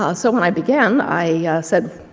ah so, when i began, i said,